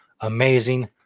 amazing